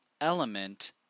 element